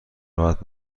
راحت